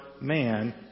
man